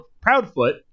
Proudfoot